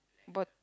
but